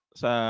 sa